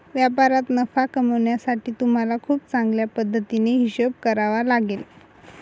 व्यापारात नफा कमावण्यासाठी तुम्हाला खूप चांगल्या पद्धतीने हिशोब करावा लागेल